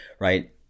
right